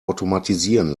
automatisieren